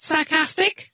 Sarcastic